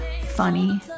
funny